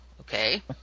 okay